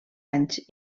anys